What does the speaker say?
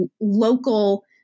local